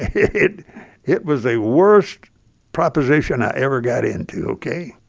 it it was a worst proposition i ever got into ok?